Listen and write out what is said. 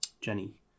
Jenny